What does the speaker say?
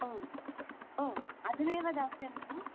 ओ ओ अधुनैव दास्यन्ति वा